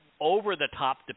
over-the-top